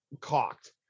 cocked